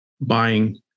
buying